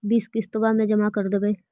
बिस किस्तवा मे जमा कर देवै?